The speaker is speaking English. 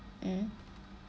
mm